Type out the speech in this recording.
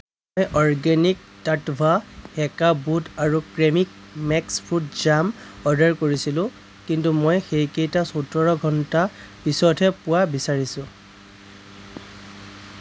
মই অৰ্গেনিক টাট্টাভা সেকা বুট আৰু ক্ৰেমিকা মিক্স ফ্ৰুইট জাম অৰ্ডাৰ কৰিছোঁ কিন্তু মই সেইকেইটা সোতৰ ঘণ্টা পিছতহে পোৱা বিচাৰিছোঁ